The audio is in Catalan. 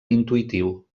intuïtiu